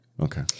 Okay